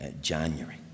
January